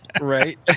Right